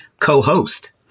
co-host